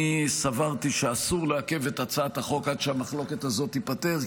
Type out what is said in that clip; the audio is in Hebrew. אני סברתי שאסור לעכב את הצעת החוק עד שהמחלוקת הזאת תיפתר,